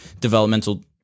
developmental